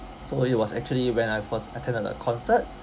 so it was actually when I first attended a concert